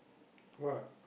what